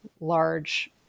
large